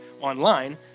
online